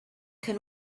can